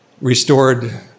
restored